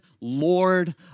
Lord